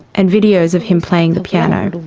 and videos of him playing the piano.